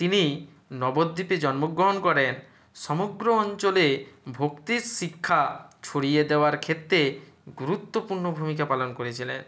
তিনি নবদ্বীপে জন্মগ্রহণ করেন সমগ্র অঞ্চলে ভক্তির শিক্ষা ছড়িয়ে দেওয়ার ক্ষেত্রে গুরুত্বপূর্ণ ভূমিকা পালন করেছিলেন